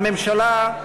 הממשלה,